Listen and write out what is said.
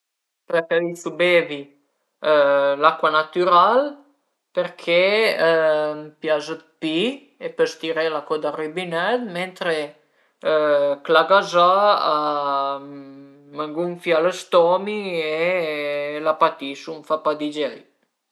Preferisu bevi l'acua natüral perché a m'pias d'pi e pös tirela co dal rübinèt, mentre chëla gazà a më gunfia lë stomi e la patisu, a m'fa pa digerì